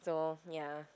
so ya